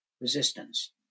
resistance